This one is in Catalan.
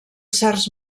certs